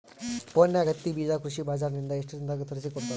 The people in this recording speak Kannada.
ಫೋನ್ಯಾಗ ಹತ್ತಿ ಬೀಜಾ ಕೃಷಿ ಬಜಾರ ನಿಂದ ಎಷ್ಟ ದಿನದಾಗ ತರಸಿಕೋಡತಾರ?